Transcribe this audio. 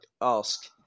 ask